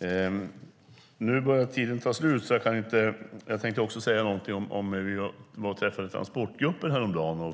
utgör. Nu börjar min talartid ta slut. Jag tänkte också säga något om att vi träffade Transportgruppen häromdagen.